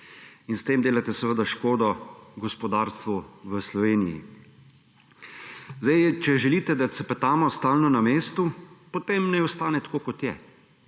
In s tem delate seveda škodo gospodarstvu v Sloveniji. Če želite, da stalno cepetamo na mestu, potem naj ostane tako, kot je.